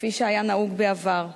כפי שהיה נהוג בעבר,